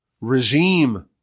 regime